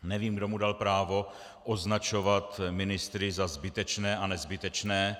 Nevím, kdo mu dal právo označovat ministry za zbytečné a nezbytečné.